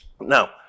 Now